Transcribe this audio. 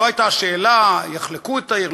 לא הייתה השאלה אם יחלקו את העיר,